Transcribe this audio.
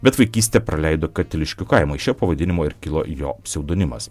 bet vaikystę praleido katiliškių kaimo iš jo pavadinimo ir kilo jo pseudonimas